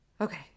Okay